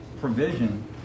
provision